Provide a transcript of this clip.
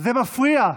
זה מפריע.